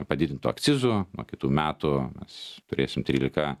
padidintų akcizų nuo kitų metų mes turėsim trylika